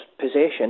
possession